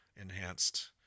enhanced